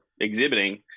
exhibiting